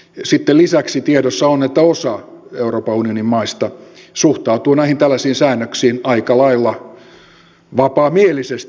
sitten lisäksi tiedossa on että osa euroopan unionin maista suhtautuu näihin tällaisiin säännöksiin aika lailla vapaamielisesti